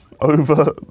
over